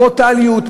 ברוטליות,